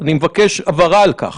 אני מבקש הבהרה על כך.